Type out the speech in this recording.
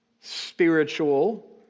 spiritual